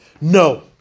No